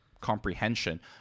comprehension